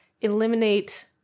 eliminate